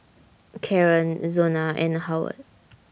Karren Zona and Howard